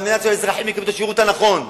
מנת שהאזרחים יקבלו את השירות הנכון.